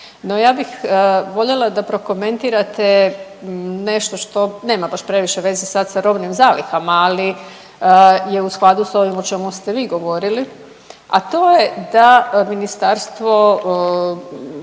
no ja bih voljela da prokomentirate nešto što nema baš previše veze sad sa robnim zalihama, ali je u skladu s ovim o čemu ste vi govorili, a to je da ministarstvo